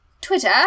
Twitter